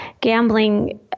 gambling